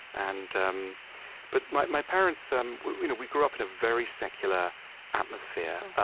and um but my my parents um we you know we grew up in a very secular atmosphere,